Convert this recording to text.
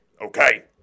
Okay